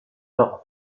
leurs